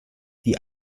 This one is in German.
die